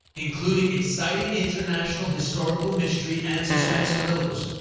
including exciting international historical mystery and suspense thrillers.